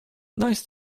nice